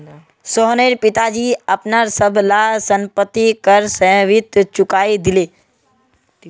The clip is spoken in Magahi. सोहनेर पिताजी अपनार सब ला संपति कर समयेत चुकई दिले